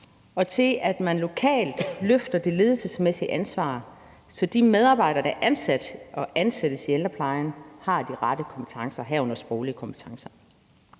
og til, at man lokalt løfter det ledelsesmæssige ansvar, så de medarbejdere, der er ansat og ansættes i ældreplejen, har de rette kompetencer, herunder sproglige kompetencer.